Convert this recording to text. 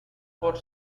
por